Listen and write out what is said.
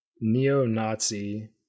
neo-Nazi